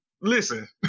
Listen